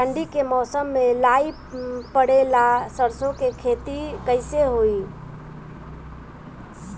ठंडी के मौसम में लाई पड़े ला सरसो के खेती कइसे होई?